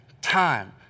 time